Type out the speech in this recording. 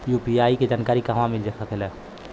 UPI के जानकारी कहवा मिल सकेले?